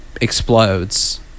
explodes